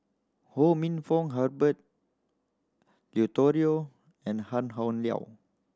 Ho Minfong Herbert Eleuterio and Tan Howe Liang